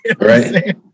Right